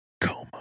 coma